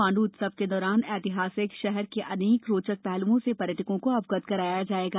मांड् उत्सव के दौरान ऐतिहासिक शहर के अनेक रोचक पहल्ओं से पर्यटकों को अवगत कराया जाएगा